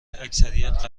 اکثریت